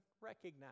recognize